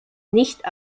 nicht